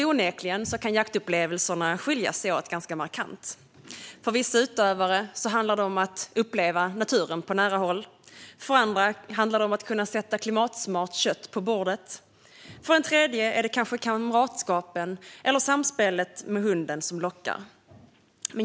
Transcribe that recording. Onekligen kan jaktupplevelserna skilja sig åt ganska markant. För vissa utövare handlar det om att uppleva naturen på nära håll. För andra handlar det om att kunna sätta klimatsmart kött på bordet. För en tredje är det kanske kamratskapet eller samspelet med hunden som lockar.